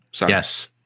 Yes